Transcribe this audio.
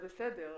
זה בסדר,